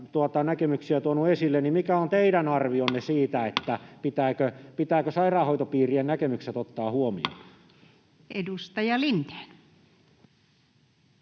tuonut esille, joten mikä on teidän arvionne siitä, pitääkö sairaanhoitopiirien näkemykset ottaa huomioon? [Speech 37]